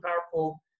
powerful